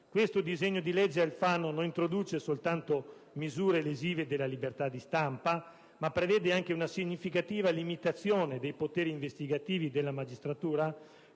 Il disegno di legge Alfano non solo introduce misure lesive della libertà di stampa, ma prevede anche una significativa limitazione dei poteri investigativi della magistratura,